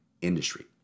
industry